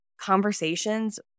conversations